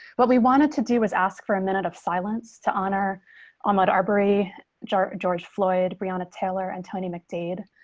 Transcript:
what we wanted to do was asked for a minute of silence to honor ahmad our brewery george, george floyd briana taylor and tony mcdade